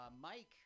Mike